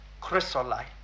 chrysolite